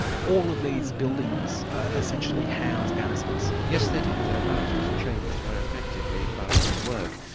all of these buildings essentially house barristers. yes, they do. they're barristers' chambers where, effectively, barristers work.